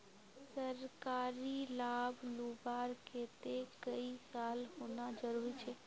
सरकारी लाभ लुबार केते कई साल होना जरूरी छे?